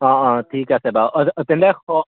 অঁ অঁ ঠিক আছে বাৰু তেন্তে অঁ